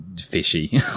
fishy